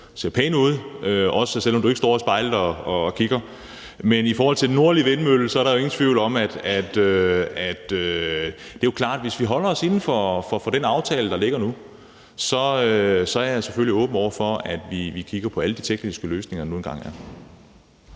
ser pæn ud, også selv om du ikke står foran spejlet og kigger. I forhold til den nordlige vindmølle vil jeg sige, at det jo er klart, at hvis vi holder os inden for den aftale, der ligger nu, er jeg selvfølgelig åben over for, at vi kigger på alle de tekniske løsninger, der nu engang er.